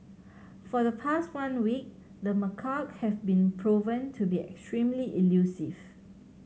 for the past one week the macaque have been proven to be extremely elusive